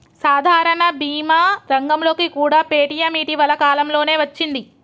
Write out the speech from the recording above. సాధారణ భీమా రంగంలోకి కూడా పేటీఎం ఇటీవల కాలంలోనే వచ్చింది